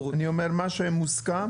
אני אומר, מה שמוסכם